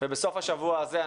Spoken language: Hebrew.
ובסוף השבוע הזה,